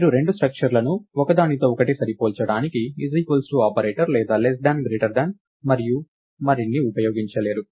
మీరు రెండు స్ట్రక్చర్లను ఒకదానితో ఒకటి సరిపోల్చడానికి ఆపరేటర్ లేదా మరియు మరిన్ని ఉపయోగించలేరు